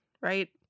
right